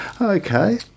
Okay